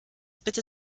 bitte